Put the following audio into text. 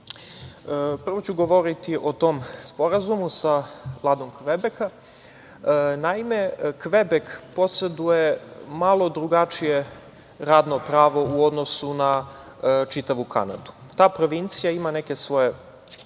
ću govoriti o tom sporazumu sa Vladom Kvebeka. Naime, Kvebek poseduje malo drugačije radno pravo u odnosu na čitavu Kanadu. Ta provincija ima neku svoju